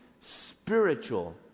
spiritual